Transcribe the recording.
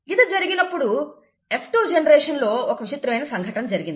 ఇది జరిగినప్పుడు F2 generation లో ఒక విచిత్రమైన సంఘటన జరిగింది